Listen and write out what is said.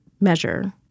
measure